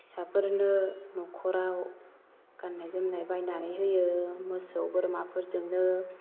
फिसाफोरनो न'खराव गान्नाय जोमनाय बायनानै होयो मोसौ बोरमा फोरजोंनो